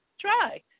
Try